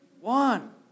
one